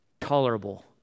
tolerable